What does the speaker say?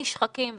נשחקים,